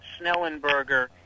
Snellenberger